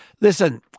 Listen